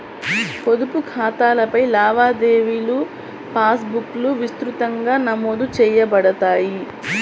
పొదుపు ఖాతాలపై లావాదేవీలుపాస్ బుక్లో విస్తృతంగా నమోదు చేయబడతాయి